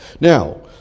Now